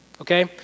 Okay